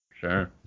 Sure